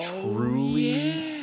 truly